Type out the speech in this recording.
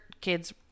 kid's